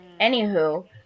anywho